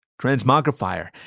Transmogrifier